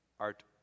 Art